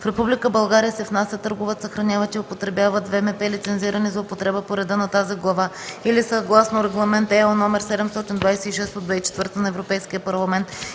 България се внасят, търгуват, съхраняват и употребяват ВМП, лицензирани за употреба по реда на тази глава или съгласно Регламент (ЕО) № 726/2004 на Европейския парламент